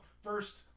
first